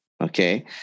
Okay